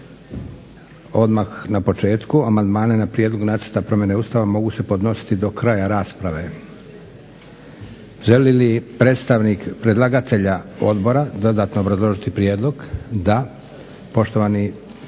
Odmah na početku amandmane na prijedlog nacrta promjene Ustava mogu se podnositi do kraja rasprave. Želi li predstavnik predlagatelje odbora dodatno obrazložiti prijedlog? Da.